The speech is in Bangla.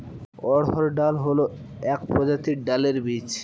অড়হর ডাল হল এক প্রজাতির ডালের বীজ